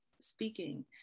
speaking